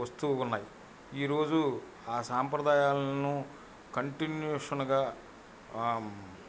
వస్తూ ఉన్నాయి ఈ రోజు ఆ సాంప్రదాయాలను కంటిన్యూషన్గా